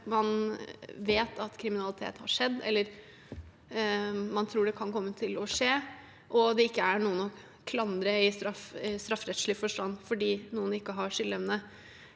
man vet at kriminalitet har skjedd, eller man tror det kan komme til å skje, og det ikke er noen å klandre i strafferettslig forstand fordi lovbryteren ikke har skyldevne.